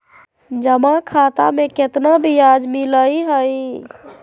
जमा खाता में केतना ब्याज मिलई हई?